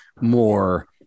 more